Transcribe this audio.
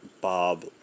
Bob